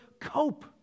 cope